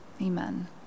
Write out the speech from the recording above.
amen